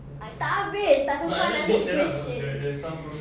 tak habis tak sempat nak habis question